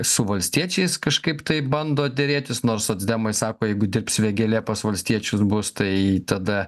su valstiečiais kažkaip taip bando derėtis nors socdemai sako jeigu dirbs vėgėlė pas valstiečius bus tai tada